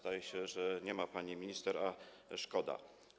Zdaje się, że nie ma pani minister, a szkoda.